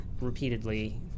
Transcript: repeatedly